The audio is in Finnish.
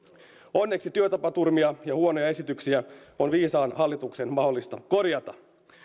onneksi työtapaturmia ja huonoja esityksiä on viisaan hallituksen mahdollista korjata